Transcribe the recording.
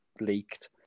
leaked